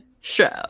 show